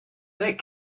that